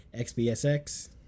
XBSX